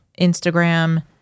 Instagram